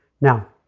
Now